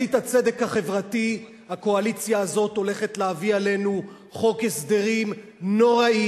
בחזית הצדק החברתי הקואליציה הזאת הולכת להביא עלינו חוק הסדרים נורא,